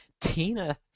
Tina